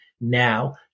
now